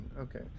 okay